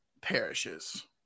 perishes